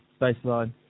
baseline